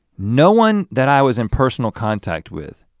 no one that i was in personal contact with,